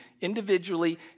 individually